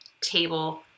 table